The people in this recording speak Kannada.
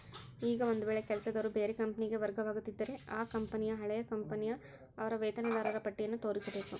ಈಗ ಒಂದು ವೇಳೆ ಕೆಲಸದವರು ಬೇರೆ ಕಂಪನಿಗೆ ವರ್ಗವಾಗುತ್ತಿದ್ದರೆ ಆ ಕಂಪನಿಗೆ ಹಳೆಯ ಕಂಪನಿಯ ಅವರ ವೇತನದಾರರ ಪಟ್ಟಿಯನ್ನು ತೋರಿಸಬೇಕು